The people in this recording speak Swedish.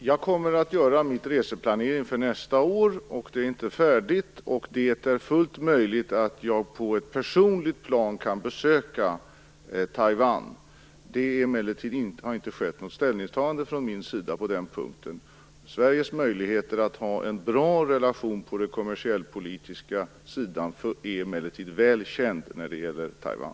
Fru talman! Min reseplanering för nästa år är inte färdig än, och det är fullt möjligt att jag på ett personligt plan kan besöka Taiwan. Det har emellertid inte skett något ställningstagande från min sida på den punkten. Sveriges möjligheter att ha en bra relation på den kommersiellt-politiska sidan är emellertid väl kända när det gäller Taiwan.